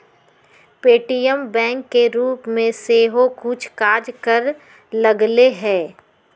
Paytm bank के रूप में सेहो कुछ काज करे लगलै ह